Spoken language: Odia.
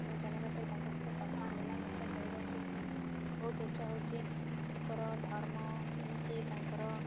ଆମେ ଜାଣିବା ପାଇଁ ତାଙ୍କ ସହିତ କଥା ମିଳାମିଶା କରିବାକୁ ବହୁତ ଇଚ୍ଛା ହେଉଛି ତାଙ୍କର ଧର୍ମ କେମିତି ତାଙ୍କର